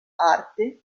arte